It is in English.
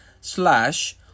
slash